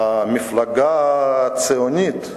המפלגה הציונית,